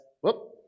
whoop